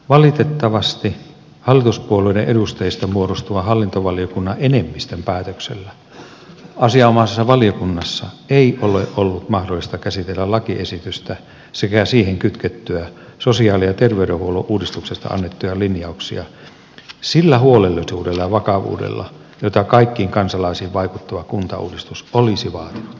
valitettavasti hallituspuolueiden edustajista muodostuvan hallintovaliokunnan enemmistön päätöksellä asianomaisessa valiokunnassa ei ole ollut mahdollista käsitellä lakiesitystä sekä siihen kytkettyjä sosiaali ja terveydenhuollon uudistuksesta annettuja linjauksia sillä huolellisuudella ja vakavuudella jota kaikkiin kansalaisiin vaikuttava kuntauudistus olisi vaatinut